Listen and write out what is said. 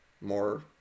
more